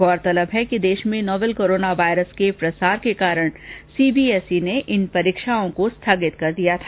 गौरतलब है कि देश में नोवेल कोरोना वायरस के प्रसार के कारण सी बी एस ई ने इन परीक्षाओं को स्थगित कर दिया था